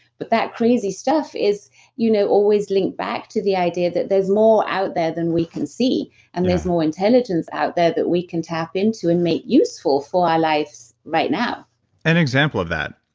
but that crazy stuff is you know always linked back to the idea that there's more out there than we can see and there's more intelligence out there that we can tap into and make useful for our lives right now an example of that.